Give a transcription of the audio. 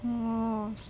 orh